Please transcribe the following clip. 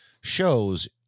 shows